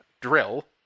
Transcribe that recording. drill